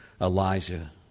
Elijah